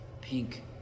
pink